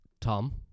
Tom